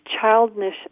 childish